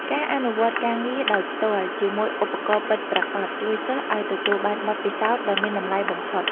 ការអនុវត្តការងារដោយផ្ទាល់ជាមួយឧបករណ៍ពិតប្រាកដជួយសិស្សឱ្យទទួលបានបទពិសោធន៍ដ៏មានតម្លៃបំផុត។